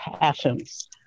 passions